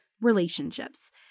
relationships